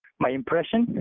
my impression?